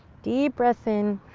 deep breath in.